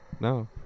No